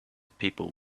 people